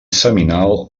seminal